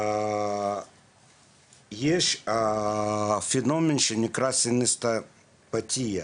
יש חומר שגורם לסיניסתזיה,